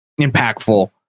impactful